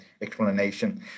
explanation